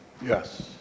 Yes